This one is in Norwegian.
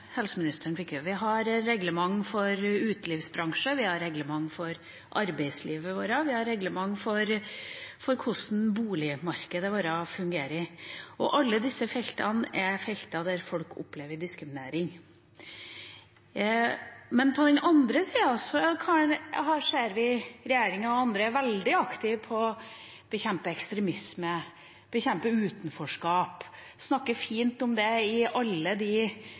helseministeren fikk inn. Vi har reglement for utelivsbransjen, vi har reglement for arbeidslivet vårt, vi har reglement for hvordan boligmarkedet vårt fungerer, og alle disse er felt der folk opplever diskriminering. Men på den andre sida ser vi at regjeringa og andre er veldig aktive i å bekjempe ekstremisme, bekjempe utenforskap, snakke fint om det på alle